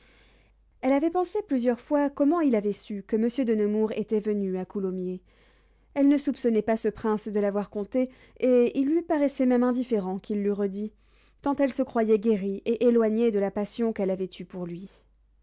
elle avait pensé plusieurs fois comment il avait su que monsieur de nemours était venu à coulommiers elle ne soupçonnait pas ce prince de l'avoir conté et il lui paraissait même indifférent qu'il l'eût redit tant elle se croyait guérie et éloignée de la passion qu'elle avait eue pour lui